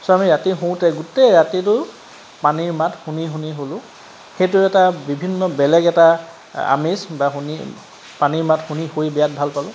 পিছে আমি ৰাতি শুওঁতে গোটেই ৰাতিটো পানীৰ মাত শুনি শুনি শুলোঁ সেইটো এটা বিভিন্ন বেলেগ এটা আমেজ বা শুনি পানীৰ মাত শুনি শুই বিৰাট ভাল পালোঁ